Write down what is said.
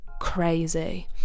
crazy